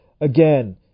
again